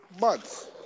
months